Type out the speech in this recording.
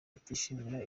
batishimira